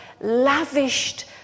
lavished